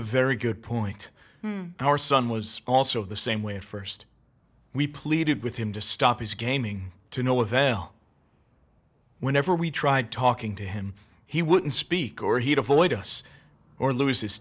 very good point our son was also the same way at first we pleaded with him to stop his gaming to no avail whenever we tried talking to him he wouldn't speak or he'd avoid us or lose